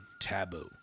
taboo